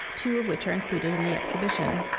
two of which are included in the exhibition.